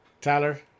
Tyler